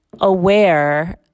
aware